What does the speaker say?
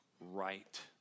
right